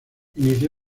inició